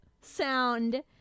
sound